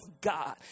God